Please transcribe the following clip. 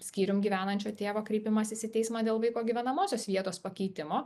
skyrium gyvenančio tėvo kreipimasis į teismą dėl vaiko gyvenamosios vietos pakeitimo